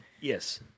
Yes